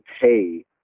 pay